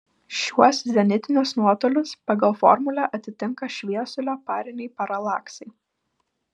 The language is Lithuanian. šiuos zenitinius nuotolius pagal formulę atitinka šviesulio pariniai paralaksai